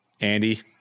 andy